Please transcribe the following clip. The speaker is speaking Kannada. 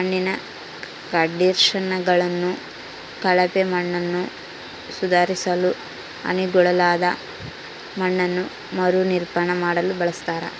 ಮಣ್ಣಿನ ಕಂಡಿಷನರ್ಗಳನ್ನು ಕಳಪೆ ಮಣ್ಣನ್ನುಸುಧಾರಿಸಲು ಹಾನಿಗೊಳಗಾದ ಮಣ್ಣನ್ನು ಮರುನಿರ್ಮಾಣ ಮಾಡಲು ಬಳಸ್ತರ